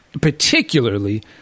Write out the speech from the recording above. particularly